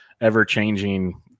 ever-changing